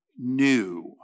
new